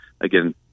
again